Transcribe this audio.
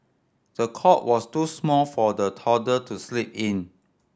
the cot was too small for the toddler to sleep in